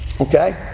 Okay